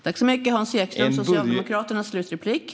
Fru talman! En budgetprocess återstår.